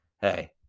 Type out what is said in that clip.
hey